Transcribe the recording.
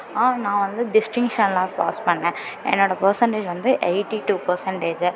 ஆனால் நான் வந்து டிஸ்க்டின்ஷனில் தான் பாஸ் பண்ணேன் என்னோடய பெர்சன்டேஜ் வந்து எயிட்டி டூ பெர்சன்டேஜு